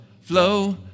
flow